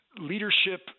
leadership